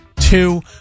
two